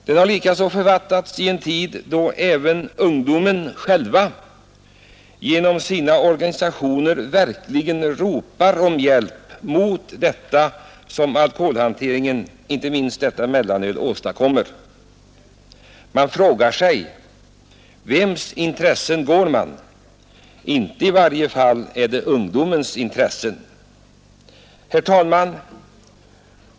Den har likaså författats i en tid då även ungdomen själv genom sina organisationer verkligen ropar på hjälp mot det som alkoholhanteringen, inte minst utbudet av mellanöl, åstadkommer. Jag frågar mig: Vems intressen går man? Inte är det i varje fall ungdomens intressen! Herr talman!